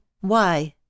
Why